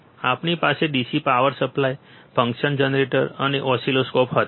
આપણી પાસે DC power supply function generator અને ઓસિલોસ્કોપ હતા